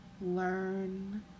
Learn